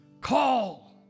Call